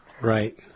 Right